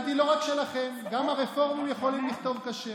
ולהיות אכפתיים וקשובים למצוקות של הציבור